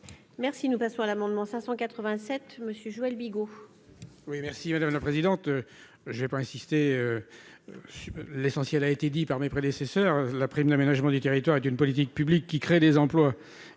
Merci, nous passons à l'amendement 587 Monsieur Joël Bigot.